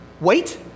Wait